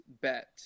bet